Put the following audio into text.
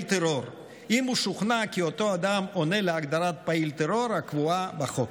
טרור אם הוא שוכנע כי אותו אדם עונה להגדרת "פעיל טרור" הקבועה בחוק.